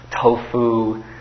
Tofu